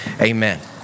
amen